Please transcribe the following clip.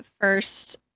first